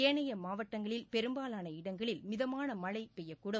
ஏனைய மாவட்டங்களில் பெரும்பாலான இடங்களில் மிதமான மழை பெய்யக்கூடும்